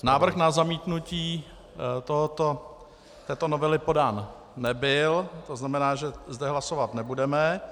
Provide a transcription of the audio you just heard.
Návrh na zamítnutí této novely podán nebyl, to znamená, že zde hlasovat nebudeme.